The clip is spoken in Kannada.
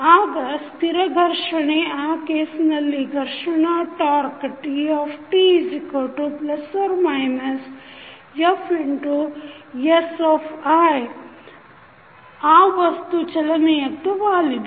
ಆಗ ಸ್ಥಿರ ಘರ್ಷಣೆ ಆ ಕೇಸ್ನಲ್ಲಿ ಘರ್ಷಣಾ ಟಾಕ್೯ Tt±Fs|0ಆ ವಸ್ತು ಚಲನೆಯತ್ತ ವಾಲಿದೆ